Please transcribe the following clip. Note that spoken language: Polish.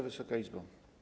Wysoka Izbo!